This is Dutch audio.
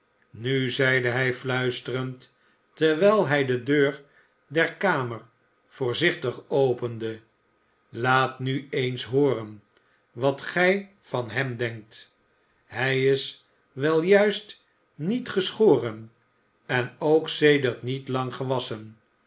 nu zeide hij fluisterend terwijl hij de deur der kamer voorzichtig opende aat nu eens hooren wat gij van hem denkt hij is wel juist niet geschoren en ook sedert niet lang gewasschen